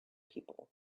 people